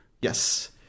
Yes